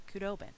Kudobin